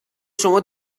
شما